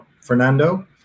fernando